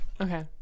Okay